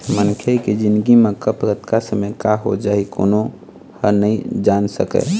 मनखे के जिनगी म कब, कतका समे का हो जाही कोनो ह नइ जान सकय